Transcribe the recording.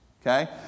okay